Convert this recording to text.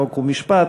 חוק ומשפט,